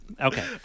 Okay